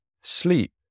sleep